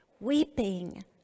weeping